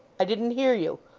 i didn't hear you.